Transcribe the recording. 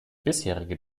bisherige